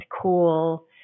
cool